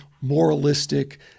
moralistic